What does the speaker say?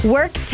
Work